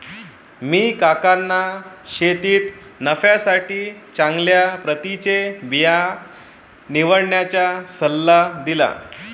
मी काकांना शेतीत नफ्यासाठी चांगल्या प्रतीचे बिया निवडण्याचा सल्ला दिला